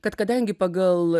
kad kadangi pagal